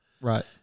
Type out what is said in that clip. Right